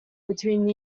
between